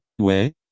ouais